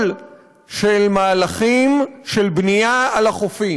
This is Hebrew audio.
דרכים אלה יכולות להיות דרכים